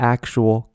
Actual